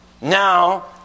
Now